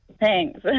Thanks